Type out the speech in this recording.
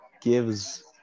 gives